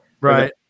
right